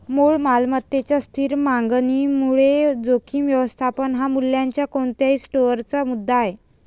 मूळ मालमत्तेच्या स्थिर मागणीमुळे जोखीम व्यवस्थापन हा मूल्याच्या कोणत्याही स्टोअरचा मुद्दा आहे